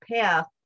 path